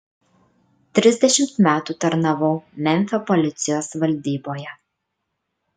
trisdešimt metų tarnavau memfio policijos valdyboje